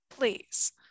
Please